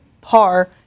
par